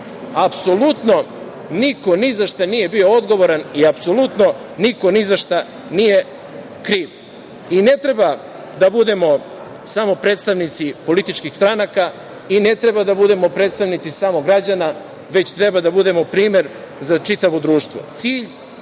apsolutno niko nizašta nije bio odgovoran i apsolutno niko nizašta nije kriv. Ne treba da budemo samo predstavnici političkih stranaka i ne treba da budemo predstavnici samo građana, već treba da budemo primer za čitavo društvo.